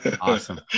Awesome